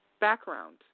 background